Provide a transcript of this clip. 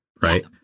right